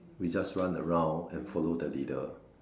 we just run around and follow the leader